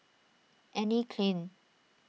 Anne Klein